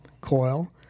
coil